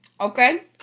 Okay